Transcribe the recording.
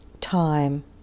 time